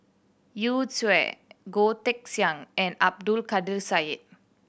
Yu Zhuye Goh Teck Sian and Abdul Kadir Syed